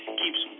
keeps